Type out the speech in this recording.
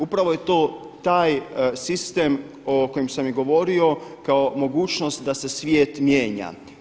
Upravo je to taj sistem o kojem sam i govorio kao mogućnost da se svijet mijenja.